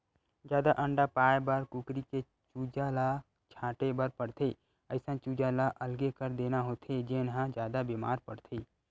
जादा अंडा पाए बर कुकरी के चूजा ल छांटे बर परथे, अइसन चूजा ल अलगे कर देना होथे जेन ह जादा बेमार परथे